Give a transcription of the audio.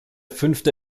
fünfte